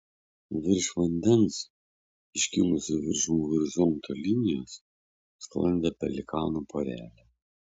virš vandens iškilusi viršum horizonto linijos sklandė pelikanų porelė